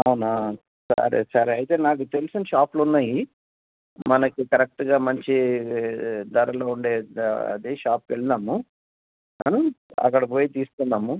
అవునా సరే సరే అయితే నాకు తెలిసిన షాప్లు ఉన్నాయి మనకు కరక్ట్గా మంచి ధరలు ఉండే అది షాప్కి వెళ్దాము అక్కడికి పోయి తీసుకుందాము